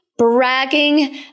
Bragging